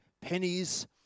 pennies